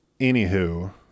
Anywho